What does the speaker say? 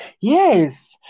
yes